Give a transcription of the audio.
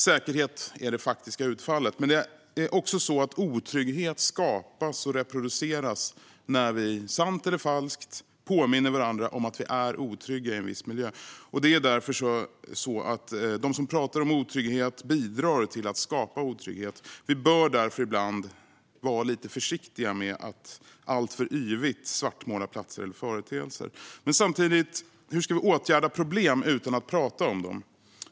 Säkerhet är det faktiska utfallet, men det är också så att otrygghet skapas och reproduceras när vi - sant eller falskt - påminner varandra om att vi är otrygga i en viss miljö. Det är därför så att de som pratar om otrygghet bidrar till att skapa otrygghet. Vi bör därför ibland vara lite försiktiga med att alltför yvigt svartmåla platser eller företeelser. Men samtidigt: Hur ska vi åtgärda problem utan att prata om dem?